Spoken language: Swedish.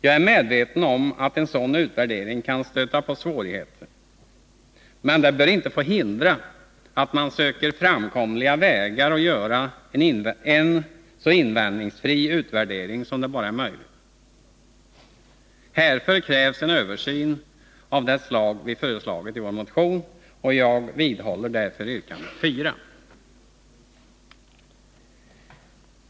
Jag är medveten om att en sådan utvärdering kan stöta på svårigheter, men det bör inte få hindra att man söker framkomliga vägar för att kunna göra en så invändningsfri utvärdering som det bara är möjligt. Härför krävs en översyn av det slag vi föreslagit i vår motion. Jag vidhåller därför yrkandet 4.